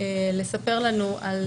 לספר לנו על